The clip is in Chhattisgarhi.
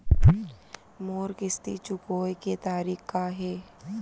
मोर किस्ती चुकोय के तारीक का हे?